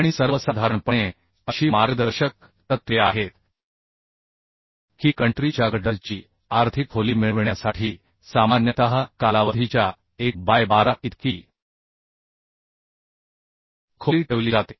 आणि सर्वसाधारणपणे अशी मार्गदर्शक तत्त्वे आहेत की कन्ट्री च्या गटरची आर्थिक खोली मिळविण्यासाठी सामान्यतः कालावधीच्या 1 बाय 12 इतकी खोली ठेवली जाते